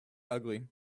ugly